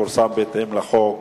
ויפורסם בהתאם לחוק,